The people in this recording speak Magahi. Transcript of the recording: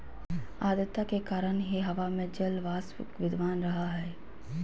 आद्रता के कारण ही हवा में जलवाष्प विद्यमान रह हई